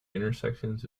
intersections